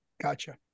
gotcha